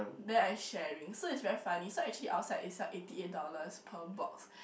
then I sharing so it's very funny so actually outside is sell eighty eight dollars per box